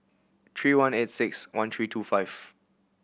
three one eight six one three two five